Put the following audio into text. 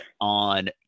on